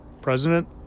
president